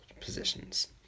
positions